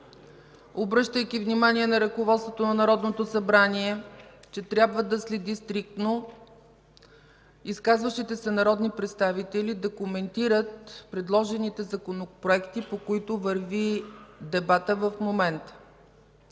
обръщайки внимание на ръководството на Народното събрание, че трябва да следи стриктно изказващите се народни представители да коментират предложените законопроекти, по които върви дебатът в момента.